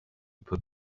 put